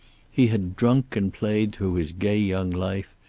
he had drunk and played through his gay young life,